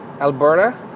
Alberta